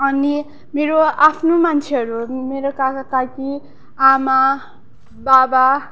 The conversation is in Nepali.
अनि मेरो आफ्नो मान्छेहरू मेरो काका काकी आमा बाबा